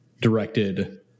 directed